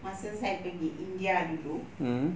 masa saya pergi india dulu